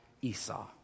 Esau